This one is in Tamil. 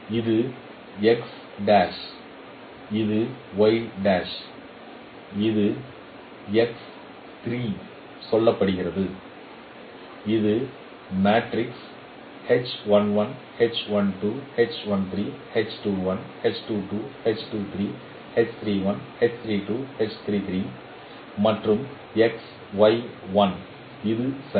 எனவே இது இது இது சொல்லப்படுகிறது இது மேட்ரிக்ஸ் மற்றும் இது சரி